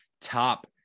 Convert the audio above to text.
top